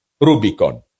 Rubicon